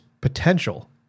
potential